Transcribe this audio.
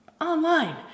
online